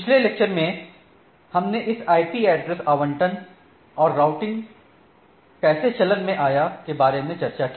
पिछले लेक्चर में हमने इस आईपी एड्रेस आवंटन और राउटिंग कैसे चलन में आया के बारे में चर्चा की